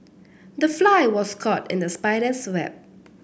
the fly was caught in the spider's web